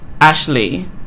Ashley